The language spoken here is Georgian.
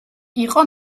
იყო